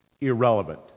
Irrelevant